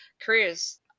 careers